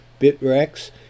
Bitrex